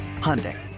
Hyundai